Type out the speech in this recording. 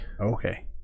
Okay